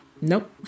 Nope